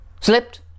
slipped